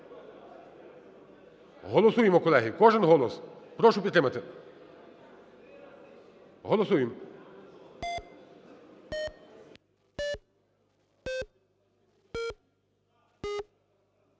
Голосуємо, колеги, кожен голос. Прошу підтримати. Голосуєм.